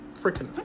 freaking